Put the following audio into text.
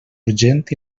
urgent